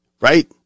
right